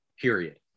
period